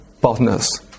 partners